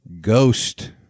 ghost